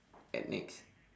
at nex